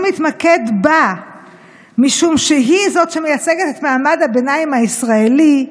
להתמקד בה משום שהיא זאת שמייצגת את מעמד הביניים הישראלי,